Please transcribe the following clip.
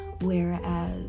whereas